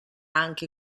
anche